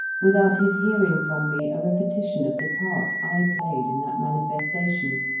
without his hearing from me a repetition of the part i played in that manifestation,